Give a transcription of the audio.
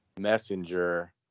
Messenger